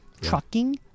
trucking